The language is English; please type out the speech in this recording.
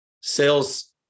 sales